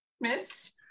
Miss